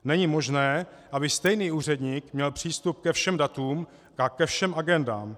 Není možné, aby stejný úředník měl přístup ke všem datům a ke všem agendám.